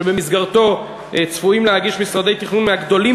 שבמסגרתו צפויים להגיש משרדי תכנון מהגדולים